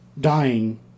dying